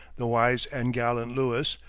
the wise and gallant lewis,